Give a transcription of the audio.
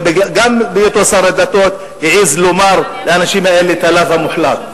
גם בהיותו שר הדתות העז לומר לאנשים האלה את הלאו המוחלט.